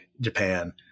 Japan